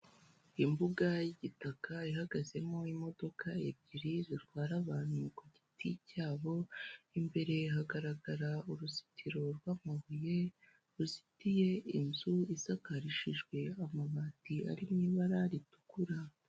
Imbuga y'igitaka ihagazemo imodoka ebyiri zitwara abantu ku giti cyabo imbere hagaragara uruzitiro rw'amabuye ruzitiye inzu isakarishijwe amabati ari mu ibara ritukura.